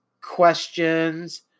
questions